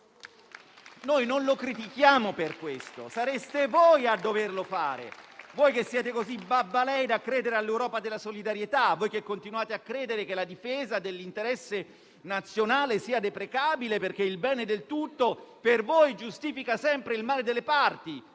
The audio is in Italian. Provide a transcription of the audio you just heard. Non lo critichiamo per questo, sareste voi a doverlo fare, voi che siete così babbalei da credere all'Europa della solidarietà e voi che continuate a credere che la difesa dell'interesse nazionale sia deprecabile, perché il bene del tutto per voi giustifica sempre il male delle parti,